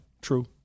true